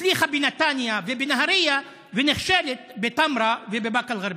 הצליחה בנתניה ובנהריה ונכשלת בטמרה ובבאקה אל-גרבייה.